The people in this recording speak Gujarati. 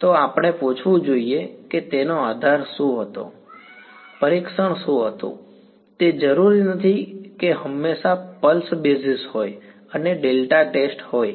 તો અમારે પૂછવું જોઈએ કે તેનો આધાર શું હતો પરીક્ષણ શું હતું તે જરૂરી નથી કે હંમેશા પલ્સ બેઝિસ હોય અને ડેલ્ટા ટેસ્ટ બરાબર હોય